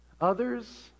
others